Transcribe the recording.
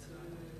בבקשה.